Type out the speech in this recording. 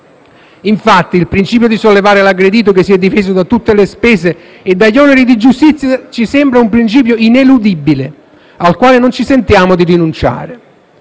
Infatti, il principio di sollevare l'aggredito che si è difeso da tutte le spese e dagli oneri di giustizia ci sembra un principio ineludibile al quale non ci sentiamo di rinunciare.